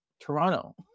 Toronto